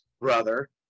brother